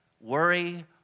Worry